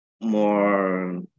more